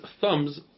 thumbs